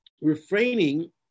refraining